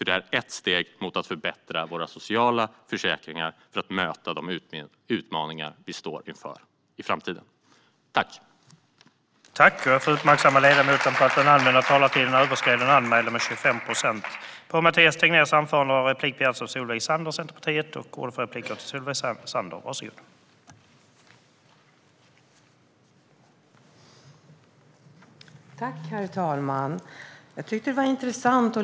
Det är ett steg mot att förbättra våra sociala försäkringar för att möta de utmaningar vi står inför i framtiden.